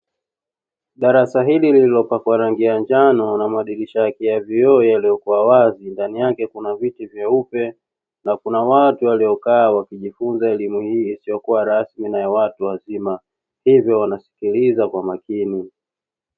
Darasa hili lililopakwa rangi ya njano na madirisha ya vioo yaliyokuwa wazi ndani yake kuna viti vyeupe na kuna watu waliokaa wakijifunza elimu hii isiyokuwa rasmi na ya watu wazima hivyo wanasikiliza kwa makini.